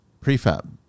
prefab